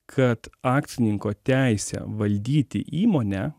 kad akcininko teisė valdyti įmonę